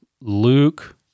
Luke